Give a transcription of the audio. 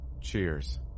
Cheers